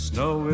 Snow